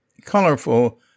colorful